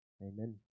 Amen